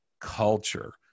culture